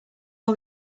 all